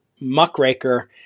Muckraker